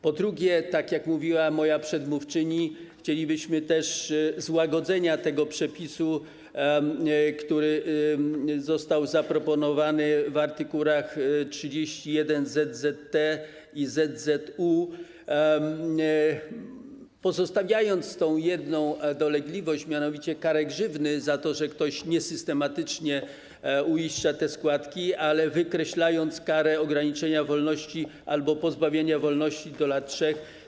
Po drugie, tak jak mówiła moja przedmówczyni, chcielibyśmy też złagodzenia tego przepisu, który został zaproponowany w art. 31zzt i art. 31zzu, pozostawiając tę jedną dolegliwość, mianowicie karę grzywny za to, że ktoś niesystematycznie uiszcza te składki, ale wykreślając karę ograniczenia wolności albo pozbawienia wolności do lat 3.